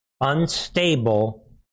unstable